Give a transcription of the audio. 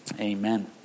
amen